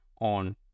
on